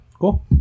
Cool